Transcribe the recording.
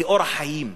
היא אורח חיים.